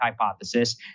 hypothesis